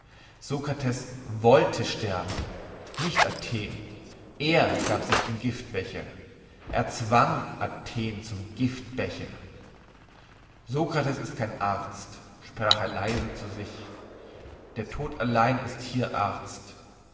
sokrates wollte sterben nicht athen er gab sich den giftbecher er zwang athen zum giftbecher sokrates ist kein arzt sprach er leise zu sich der tod allein ist hier arzt